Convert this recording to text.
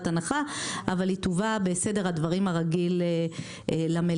הנחה אבל היא תובא בסדר הדברים הרגיל למליאה.